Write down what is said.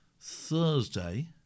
Thursday